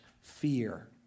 fear